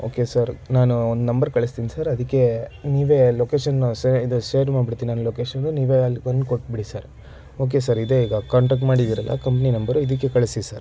okay sir ನಾನು ಒಂದು number ಕಳಿಸ್ತೀನಿ ಸರ್ ಅದಕ್ಕೆ ನೀವೇ ಲೋಕೇಶನ್ ಸೆ ಇದು ಶೇರ್ ಮಾಡಿಬಿಡ್ತೀನಿ ನನ್ನ ಲೋಕೇಶನು ನೀವೇ ಅಲ್ಲಿ ಬಂದು ಕೊಟ್ಟುಬಿಡಿ ಸರ್ ಓಕೆ ಸರ್ ಇದೆ ಈಗ ಕಾಂಟಾಕ್ಟ್ ಮಾಡಿದ್ದೀರಲ್ಲ ಕಂಪನಿ ನಂಬರು ಇದಕ್ಕೆ ಕಳಿಸಿ ಸರ್